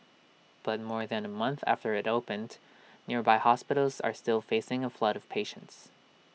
but more than A month after IT opened nearby hospitals are still facing A flood of patients